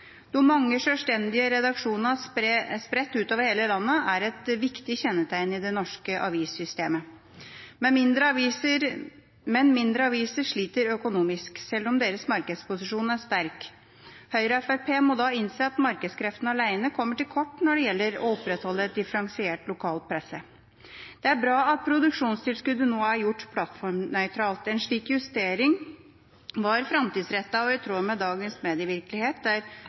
da innse at markedskreftene alene kommer til kort når det gjelder å opprettholde en differensiert lokalpresse. Det er bra at produksjonstilskuddet nå er gjort plattformnøytralt. En slik justering var framtidsrettet og i tråd med dagens medievirkelighet, der